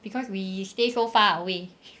because we stay so far away